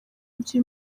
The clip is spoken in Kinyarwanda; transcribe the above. ibyo